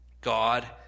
God